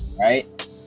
Right